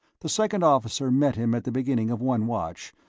the second officer met him at the beginning of one watch,